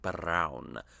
Brown